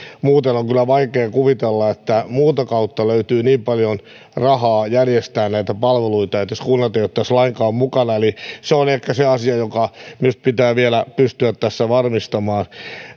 on on kyllä vaikea kuvitella että muuta kautta löytyy niin paljon rahaa järjestää näitä palveluita jos kunnat eivät ole tässä lainkaan mukana eli se on ehkä se asia joka minusta pitää vielä pystyä tässä varmistamaan